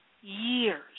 years